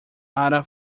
ada